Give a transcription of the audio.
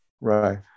right